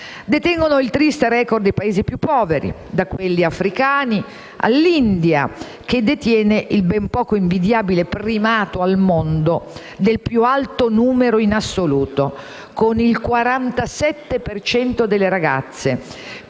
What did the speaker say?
Detengono il triste *record* i Paesi più poveri: da quelli africani all'India, che detiene il ben poco invidiabile primato del più alto numero in assoluto, con il 47 per cento delle ragazze